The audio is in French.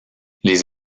les